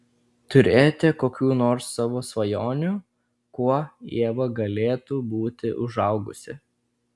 turėjote kokių nors savo svajonių kuo ieva galėtų būti užaugusi